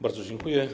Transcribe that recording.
Bardzo dziękuję.